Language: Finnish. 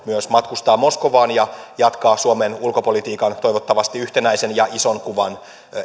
myös matkustaa moskovaan ja jatkaa suomen ulkopolitiikan toivottavasti yhtenäisen ja ison kuvan